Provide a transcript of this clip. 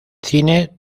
cine